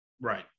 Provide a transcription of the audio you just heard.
right